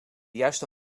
juiste